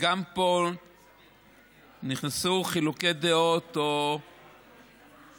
שגם פה נכנסו חילוקי דעות או דברים,